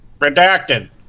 Redacted